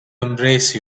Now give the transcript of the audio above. embrace